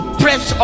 press